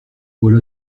voilà